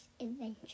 adventure